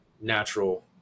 natural